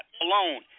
alone